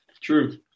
True